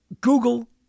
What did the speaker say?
google